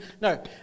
No